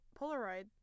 Polaroid